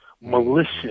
malicious